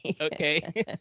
Okay